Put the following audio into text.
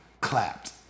clapped